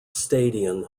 stadion